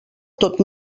tot